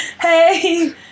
Hey